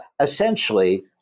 Essentially